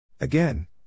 Again